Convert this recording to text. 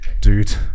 dude